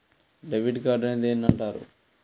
Debit card అని దేనిని అంటారు?